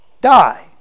die